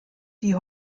die